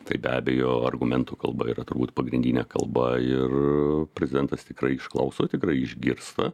tai be abejo argumentų kalba yra turbūt pagrindinė kalba ir prezidentas tikrai išklauso tikrai išgirsta